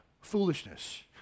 Foolishness